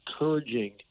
encouraging